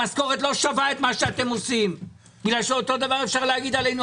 היא לא שווה את מה שאתם עושים כי אותו דבר אפשר לומר עלינו,